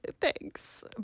thanks